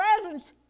presence